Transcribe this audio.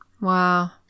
Wow